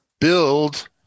build –